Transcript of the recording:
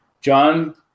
john